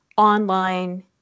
Online